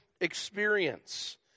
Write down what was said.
experience